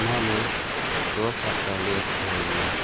मैंने दो साल पहले एक फेन लिया